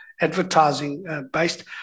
advertising-based